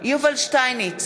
יובל שטייניץ,